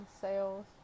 sales